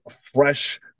fresh